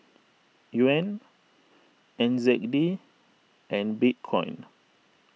Yuan N Z D and Bitcoin